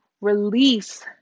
release